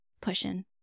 pushing